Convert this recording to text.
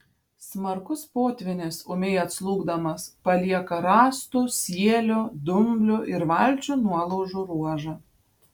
smarkus potvynis ūmiai atslūgdamas palieka rąstų sielių dumblių ir valčių nuolaužų ruožą